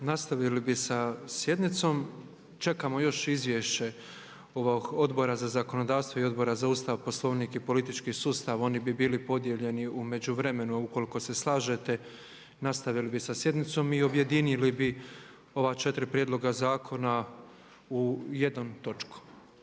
Nastavili bi sa sjednicom. Čekamo još izvješće Odbora za zakonodavstvo i Odbora za Ustav, Poslovnik i politički sustav, oni bi bili podijeljeni. U međuvremenu, ukoliko se slažete nastavili bi sa sjednicom i objedinili bi ova četiri prijedloga zakona u jednu točku.